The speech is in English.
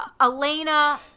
elena